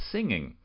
Singing